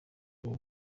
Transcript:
ubu